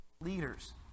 leaders